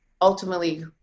ultimately